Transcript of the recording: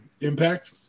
Impact